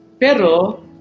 pero